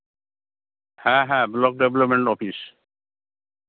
ᱦᱮᱸ ᱦᱮᱸ block development office